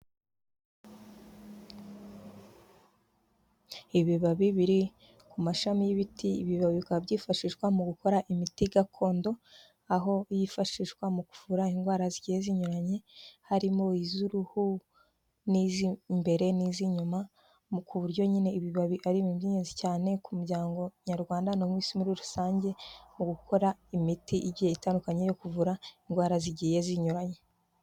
Ibibabi biri ku mashami y'ibiti, ibi bibabi bikaba byifashishwa mu gukora imiti gakondo, aho yifashishwa mu kuvura indwara zigiye zinyuranye, harimo iz'uruhu n'iz'imbere n'iz'inyuma, ku buryo nyine ibibabi ari ibintu by'ingenzi cyane ku muryango nyarwanda no mu isi muri rusange, mu gukora imiti igiye itandukanye yo kuvura indwara zigiye zinyuranye.